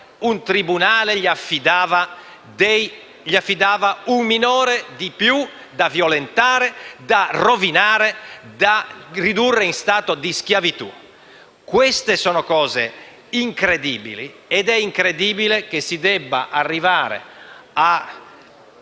un tribunale gli affidava un minore in più da violentare, da rovinare e da ridurre in stato di schiavitù. Sono cose incredibili ed è incredibile che si debba arrivare ad